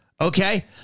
Okay